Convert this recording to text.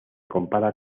compara